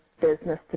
business